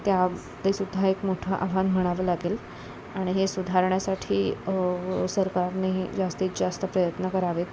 त्या तेसुद्धा एक मोठं आव्हान म्हणावं लागेल आणि हे सुधारण्यासाठी सरकारने जास्तीत जास्त प्रयत्न करावे